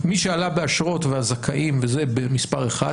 מי שעלה באשרות והזכאים במספר אחד,